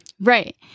right